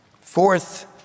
Fourth